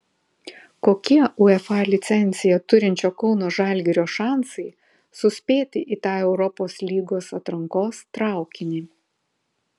kokie uefa licenciją turinčio kauno žalgirio šansai suspėti į tą europos lygos atrankos traukinį